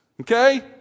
Okay